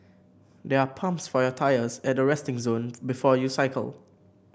there are pumps for your tyres at the resting zone before you cycle